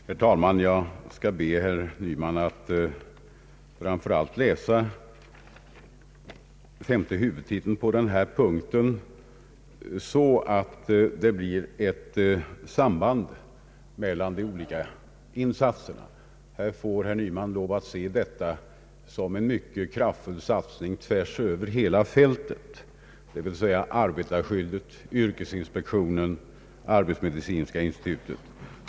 Herr talman! Jag skall be herr Nyman att läsa femte huvudtiteln så, att det blir ett samband mellan de olika insatserna. Herr Nyman ser då en mycket kraftig satsning tvärs över hela fältet, d. v. s. arbetarskyddet, yrkesinspektionen och arbetsmedicinska institutet.